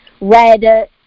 red